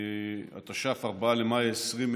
4 במאי 2020,